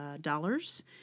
dollars